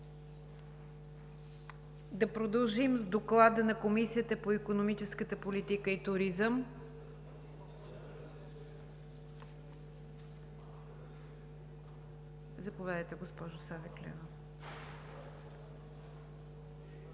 Да продължим с Доклада на Комисията по икономическата политика и туризъм. Заповядайте, госпожо Савеклиева.